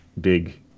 big